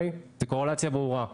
זה קורלציה ברורה.